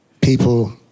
people